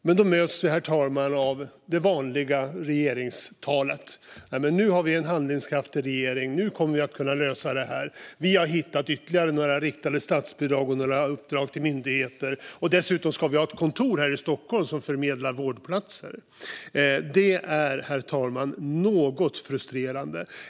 Men då möts vi, herr talman, av det vanliga regeringstalet: Nu har vi en handlingskraftig regering, nu kommer vi att kunna lösa det här, vi har hittat ytterligare några riktade statsbidrag och några uppdrag till myndigheter och dessutom ska vi ha ett kontor här i Stockholm som fördelar vårdplatser. Det är, herr talman, något frustrerande.